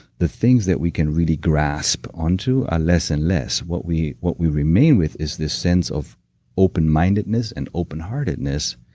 the things that we can really grasp onto are less and less. what we what we remain with is this sense of openmindedness and open-heartedness.